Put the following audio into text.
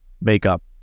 makeup